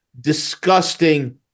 disgusting